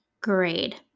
grade